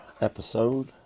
episode